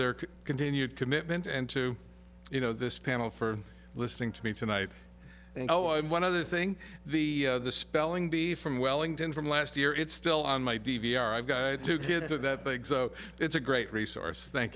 their continued commitment and to you know this panel for listening to me tonight and oh and one other thing the spelling bee from wellington from last year it's still on my d v r i've got two kids of that big so it's a great resource thank